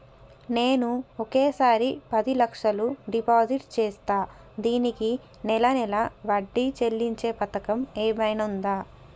నేను ఒకేసారి పది లక్షలు డిపాజిట్ చేస్తా దీనికి నెల నెల వడ్డీ చెల్లించే పథకం ఏమైనుందా?